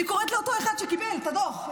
אני קוראת לאותו אחד שקיבל את הדוח,